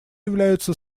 являются